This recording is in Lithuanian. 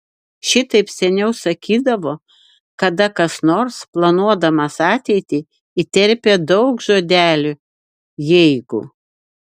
šitaip seniau sakydavo kada kas nors planuodamas ateitį įterpia daug žodelių jeigu